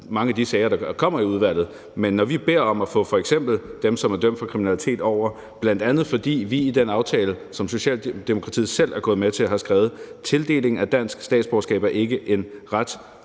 mange af de sager, der kommer i udvalget. Men når vi beder om at få f.eks. dem, som er dømt for kriminalitet, over – bl.a. fordi vi i den aftale, som Socialdemokratiet selv er gået med til, har skrevet, at tildeling af dansk statsborgerskab ikke er en